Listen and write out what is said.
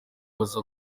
baza